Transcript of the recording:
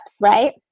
right